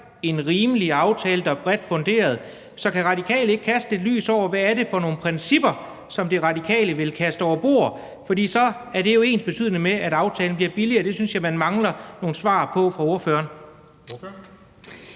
en rimelig aftale, der er bredt funderet. Så kan De Radikale ikke kaste lidt lys over, hvad det er for nogle principper, som De Radikale ville kaste over bord? For så er det jo ensbetydende med, at aftalen bliver billigere, og det synes jeg man mangler nogle svar på fra ordføreren.